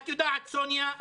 את יודעת, סוניה,